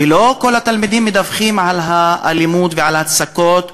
ולא כל התלמידים מדווחים על אלימות ועל הצקות,